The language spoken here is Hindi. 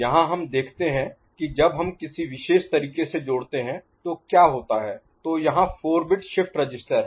यहां हम देखते हैं कि जब हम किसी विशेष तरीके से जोड़ते हैं तो क्या होता है तो यहाँ 4 बिट शिफ्ट रजिस्टर है